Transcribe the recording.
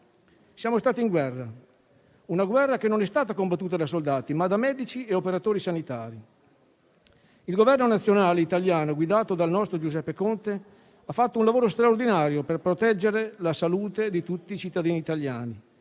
Siamo stati in guerra, una guerra che non è stata combattuta da soldati, ma da medici e operatori sanitari. Il Governo nazionale italiano, guidato dal nostro Giuseppe Conte, ha fatto un lavoro straordinario per proteggere la salute di tutti i cittadini italiani.